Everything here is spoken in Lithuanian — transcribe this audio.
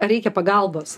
ar reikia pagalbos